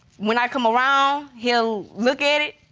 when i come around, he'll look at it.